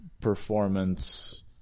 performance